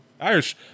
Irish